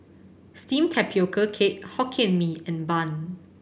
steamed tapioca cake Hokkien Mee and bun